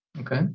Okay